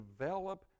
develop